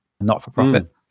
not-for-profit